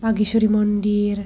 बागेश्वरि मन्दिर